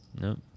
No